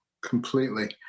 completely